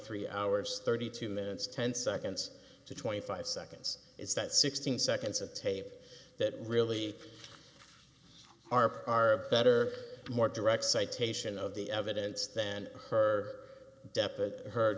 three hours thirty two minutes ten seconds to twenty five seconds is that sixteen seconds of tape that really are far better more direct citation of the evidence than her